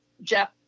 Jeff